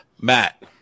Matt